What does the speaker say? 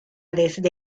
desde